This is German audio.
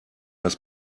das